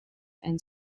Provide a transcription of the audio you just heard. and